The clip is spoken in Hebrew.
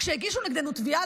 כשהגישו נגדנו תביעה,